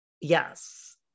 Yes